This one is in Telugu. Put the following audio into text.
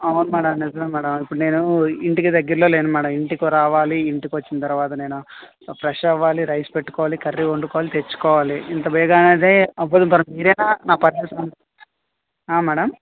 అవును మేడం నిజమే మేడం ఇప్పుడు నేను ఇంటికి దగ్గరలో లేను మేడం ఇంటికి రావాలి ఇంటికి వచ్చిన తర్వాత నేను ఫ్రెష్ అవ్వాలి రైస్ పెట్టుకోవాలి కర్రీ వండుకోవాలి తెచ్చుకోవాలి ఇంత బెగానైతే అవ్వదు మీరైన నా పరిస్థితిని అర్థం మేడం